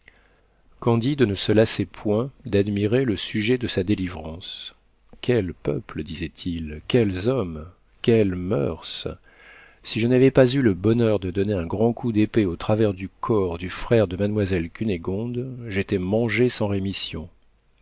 candide ne se lassait point d'admirer le sujet de sa délivrance quel peuple disait-il quels hommes quelles moeurs si je n'avais pas eu le bonheur de donner un grand coup d'épée au travers du corps du frère de mademoiselle cunégonde j'étais mangé sans rémission